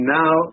now